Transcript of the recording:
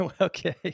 Okay